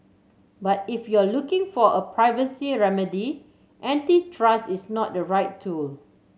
but if you're looking for a privacy remedy antitrust is not the right tool